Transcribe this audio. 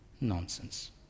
Nonsense